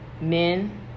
men